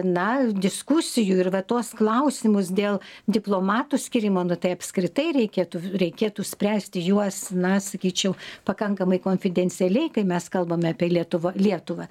na diskusijų ir vat tuos klausimus dėl diplomatų skyrimo nu tai apskritai reikėtų reikėtų spręsti juos na sakyčiau pakankamai konfidencialiai kai mes kalbame apie lietuva lietuvą